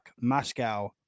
Moscow